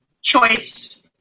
choice